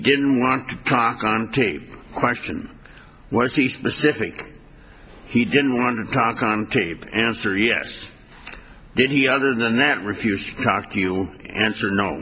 didn't want to talk on tape question was he specific he didn't want to talk on tape answer yes did he other than that refused to talk you answer no